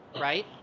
right